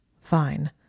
Fine